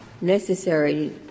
necessary